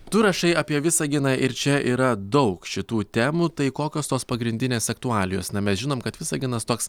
tu rašai apie visaginą ir čia yra daug šitų temų tai kokios tos pagrindinės aktualijos na mes žinom kad visaginas toks